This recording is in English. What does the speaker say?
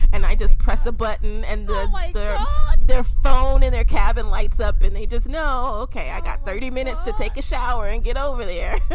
and i just press a button and wider um their phone in their cabin lights up and they just know. okay. i got thirty minutes to take a shower and get over there.